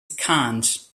scant